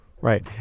Right